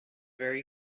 very